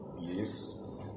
yes